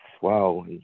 wow